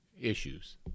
issues